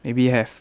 maybe have